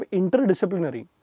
interdisciplinary